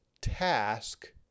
task